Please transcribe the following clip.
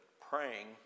praying